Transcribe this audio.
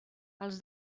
els